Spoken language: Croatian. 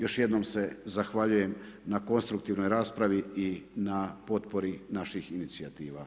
Još jednom se zahvaljujem na konstruktivnoj raspravi i na potpori naših inicijativa.